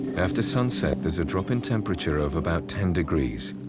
after sunset there's a drop in temperature of about ten degrees.